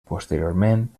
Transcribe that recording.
posteriorment